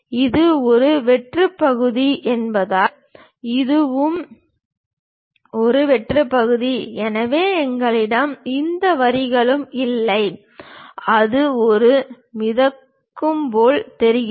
இது ஒரு வெற்று பகுதி என்பதால் இதுவும் ஒரு வெற்று பகுதி எனவே எங்களிடம் எந்த வரிகளும் இல்லை அது ஒரு மிதக்கும் போல் தெரிகிறது